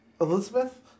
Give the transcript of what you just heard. Elizabeth